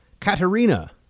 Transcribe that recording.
Katerina